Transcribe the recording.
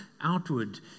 outward